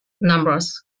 numbers